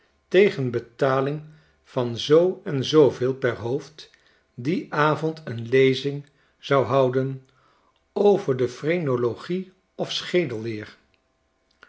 tegen betaling van zoo en zooveel per hoofd dienavond eenlezing zou houden over de phrenologie of schedelleer